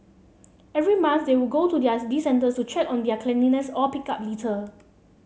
every month they would go to these centres to check on their cleanliness or pick up litter